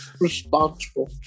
Responsible